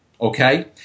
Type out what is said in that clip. Okay